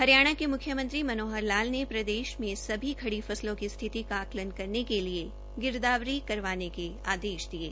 हरियाणा के मुख्यमंत्री मनोहर लाल ने प्रदेश में सभी खड़ी फसलों की स्थिति का आकलन करने के लिए गिरदावरी करने के आदेश दिये